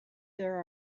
there